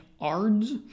ARDS